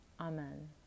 Amen